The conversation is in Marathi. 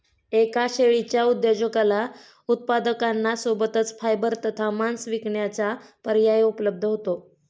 एका शेळीच्या उद्योजकाला उत्पादकांना सोबतच फायबर तथा मांस विकण्याचा पर्याय उपलब्ध होतो